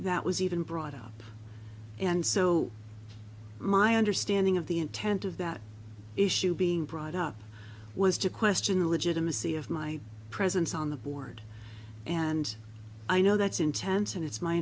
that was even brought up and so my understanding of the intent of that issue being brought up was to question the legitimacy of my presence on the board and i know that's intense and it's my